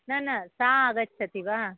न न सा आगच्छति वा